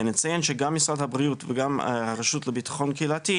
נציין שגם משרד הבריאות וגם הרשות לביטחון קהילתי,